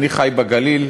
אני חי בגליל.